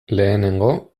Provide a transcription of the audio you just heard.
lehenengo